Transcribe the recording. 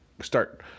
start